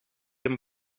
dem